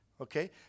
Okay